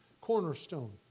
cornerstone